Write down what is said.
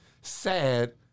sad